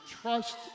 trust